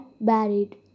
buried